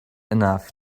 enough